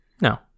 No